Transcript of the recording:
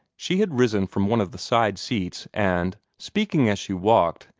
she had risen from one of the side-seats and, speaking as she walked,